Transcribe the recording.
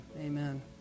amen